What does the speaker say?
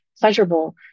pleasurable